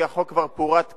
כי החוק כבר פורט כאן.